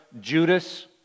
Judas